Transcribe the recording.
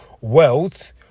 wealth